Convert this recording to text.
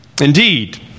Indeed